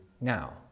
now